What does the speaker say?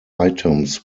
items